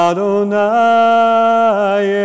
Adonai